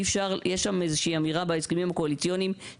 יש בהסכמים הקואליציוניים איזושהי אמירה